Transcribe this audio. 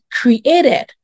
created